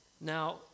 Now